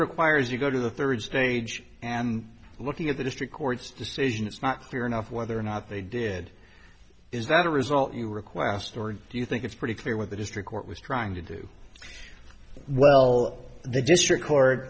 require as you go to the third stage and looking at the district court's decision it's not clear enough whether or not they did is that a result you request or do you think it's pretty clear what the district court was trying to do well the district court